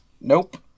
Nope